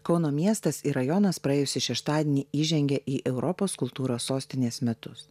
kauno miestas ir rajonas praėjusį šeštadienį įžengė į europos kultūros sostinės metus